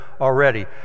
already